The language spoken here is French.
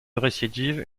récidive